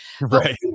Right